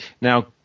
now